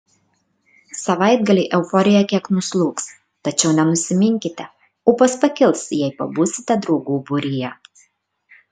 savaitgalį euforija kiek nuslūgs tačiau nenusiminkite ūpas pakils jei pabūsite draugų būryje